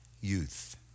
youth